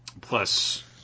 Plus